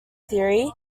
theory